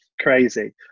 crazy